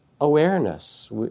awareness